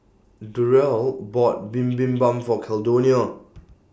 Durrell bought Bibimbap For Caldonia